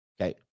Okay